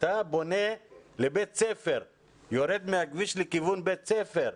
אתה פונה לבית ספר, יורד מהכביש לכיוון בית ספר,